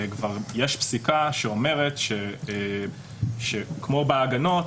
יש כבר פסיקה שאומרת שכמו בהגנות,